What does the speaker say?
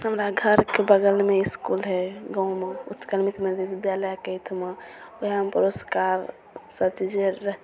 हमरा घरके बगलमे इसकुल हइ गाममे उत्कल केन्द्रीय विद्यालय कैथमा वएहमे पुरस्कार सब चीजे